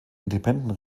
independent